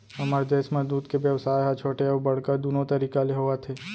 हमर देस म दूद के बेवसाय ह छोटे अउ बड़का दुनो तरीका ले होवत हे